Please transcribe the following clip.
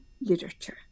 literature